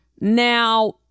Now